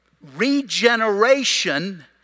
Regeneration